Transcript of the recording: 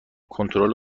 کنترل